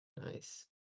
Nice